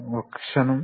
ఒక్క క్షణం